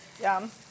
Yum